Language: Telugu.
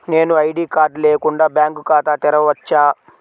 నేను ఐ.డీ కార్డు లేకుండా బ్యాంక్ ఖాతా తెరవచ్చా?